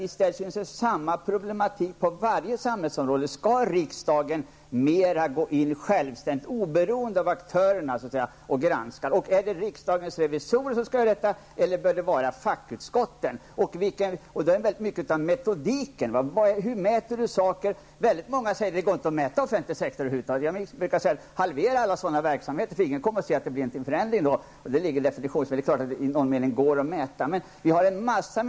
Vi ställs inför samma problematik på varje samhällsområde: Skall riksdagen gå in och granska mera självständigt, oberoende av aktörerna? Är det vidare riksdagens revisorer eller fackutskotten som skall göra detta? Det är i mycket metodikfrågor. Hur skall man mäta? Många säger att det över huvud taget inte är möjligt att mäta den offentliga sektorns verksamheter. Jag brukar säga: Halvera då alla sådana verksamheter, för ingen kommer att se någon förändring! Det är något av en definitionsfråga -- det är klart att i någon mening är det möjligt att göra mätningar.